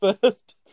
first